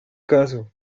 caso